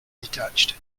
detached